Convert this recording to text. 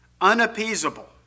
unappeasable